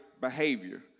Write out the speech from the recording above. behavior